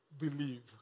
believe